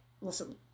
listen